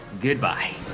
goodbye